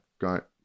got